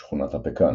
"שכונת הפקאן"